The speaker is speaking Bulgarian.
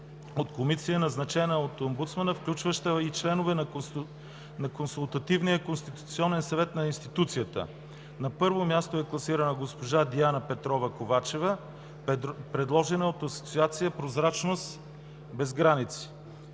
от комисия, назначена от омбудсмана, включваща и членове на Консултативния конституционен съвет към институцията. На първо място е класирана госпожа Диана Петрова Ковачева, предложена от Асоциация „Прозрачност без граници”.